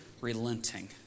relenting